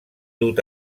dut